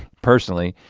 personally,